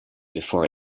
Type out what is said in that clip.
before